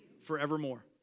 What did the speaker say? Forevermore